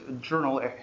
journal